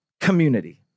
community